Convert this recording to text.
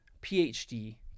PhD